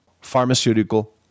pharmaceutical